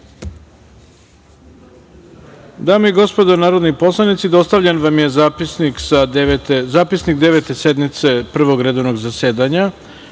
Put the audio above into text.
i gospodo narodni poslanici, dostavljen vam je zapisnik Devete sednice Prvog redovnog zasedanja